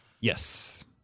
Yes